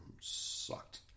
sucked